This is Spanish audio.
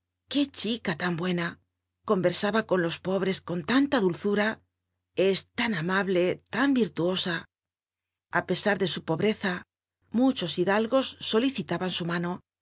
qué chica tan buena i corher aba con los pobres con tanta dulzura i es tan amable tan virtuosa a pc ar d su pobreza muchos hidalgos solicitaban u mano